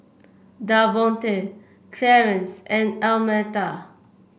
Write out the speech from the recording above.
Davonte Clarence and Almeta